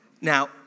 Now